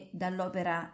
dall'opera